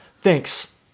Thanks